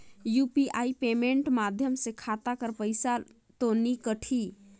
UPI payment माध्यम से खाता कर पइसा तो नी कटही?